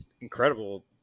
incredible